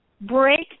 break